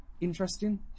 interesting